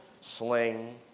sling